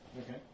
Okay